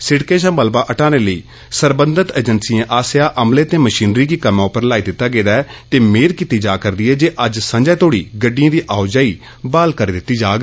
सिड़कै शा मलवा हटाने लेई सरबंधत अर्जैंसिएं आस्स्सेया अमले ते मषीनरी गी कम्मै उप्पर लाई दिता गेदा ऐ ते मेद कीती जा र दी ऐ जे अज्ज संझां तोड़ी गइडियें दी ओओ जाई बहाल करी दिती जाग